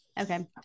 Okay